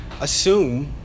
assume